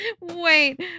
wait